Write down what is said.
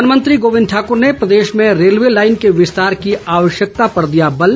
one मंत्री गोविंद ठाकुर ने प्रदेश में रेलवे लाईन के विस्तार की आवश्यकता पर दिया बल